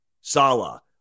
Sala